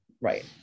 Right